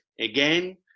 again